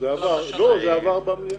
היא כבר עברה במליאה.